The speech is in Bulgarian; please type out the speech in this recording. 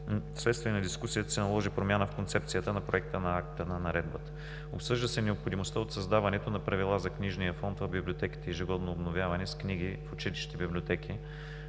Вследствие на дискусията се наложи промяна в концепцията на Проекта на акта на наредбата. Обсъжда се необходимостта от създаването на правила за книжния фонд в библиотеките и ежегодно обновяване с книги в училищни библиотеки.